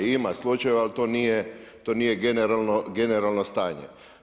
Ima slučajeva, ali to nije generalno stanje.